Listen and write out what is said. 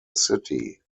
city